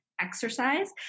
exercise